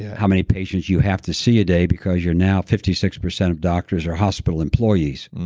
how many patients you have to see a day because you're now fifty six percent of doctors are hospital employees?